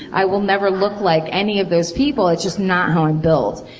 i will never look like any of those people. it's just not how i'm built.